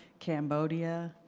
cambodia,